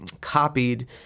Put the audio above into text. copied